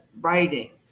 writing